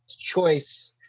choice